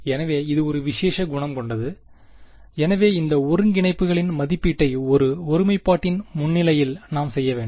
எனவே இது ஒரு விசேஷ குணம் கொண்டது எனவே இந்த ஒருங்கிணைப்புகளின் மதிப்பீட்டை ஒரு ஒருமைப்பாட்டின் முன்னிலையில் நாம் செய்ய வேண்டும்